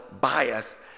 bias